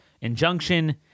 injunction